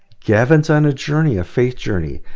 gavin's on a journey, a faith journey.